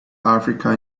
africa